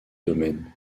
domaine